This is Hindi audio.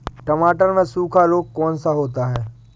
टमाटर में सूखा रोग कौन सा होता है?